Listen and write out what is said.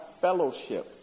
fellowship